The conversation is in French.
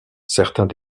certains